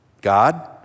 God